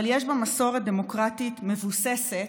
אבל יש בה מסורת דמוקרטית מבוססת,